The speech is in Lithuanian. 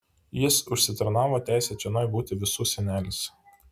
jis užsitarnavo teisę čionai būti visų senelis